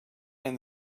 and